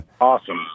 Awesome